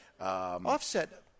Offset